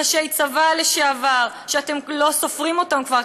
ראשי צבא לשעבר שאתם לא סופרים אותם כבר,